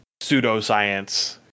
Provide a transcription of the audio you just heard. pseudoscience